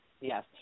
yes